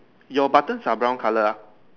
your buttons are brown color ah